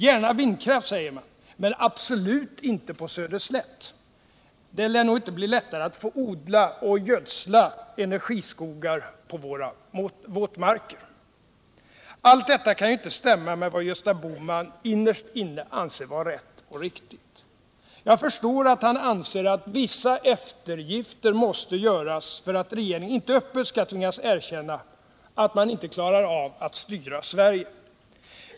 Gärna vindkraft, säger man, men absolut inte på Söderslätt. Det lär inte bli lättare att få odla och gödsla energiskogar på våra våtmarker. Allt detta kan ju inte stämma med vad Gösta Bohman innerst inne anser vara rätt och riktigt. Jag förstår att han anser att vissa eftergifter måste göras för att regeringen inte öppet skall tvingas erkänna att man inte klarar av att styra Sverige.